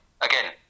Again